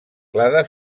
clade